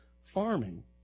farming